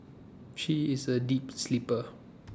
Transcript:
she is A deep sleeper